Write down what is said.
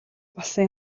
болсон